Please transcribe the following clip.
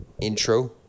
intro